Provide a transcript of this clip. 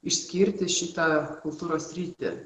išskirti šitą kultūros sritį